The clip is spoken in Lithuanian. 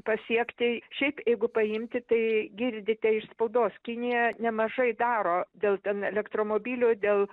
pasiekti šiaip jeigu paimti tai girdite iš spaudos kiniją nemažai daro dėl ten elektromobilių dėl